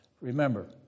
Remember